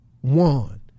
one